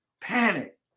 panic